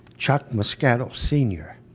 chuck moscato senior,